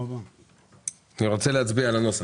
אני רוצה להצביע על הנוסח.